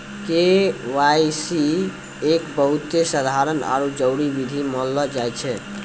KYC एक बहुते साधारण आरु जरूरी विधि मानलो जाय छै